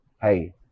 hey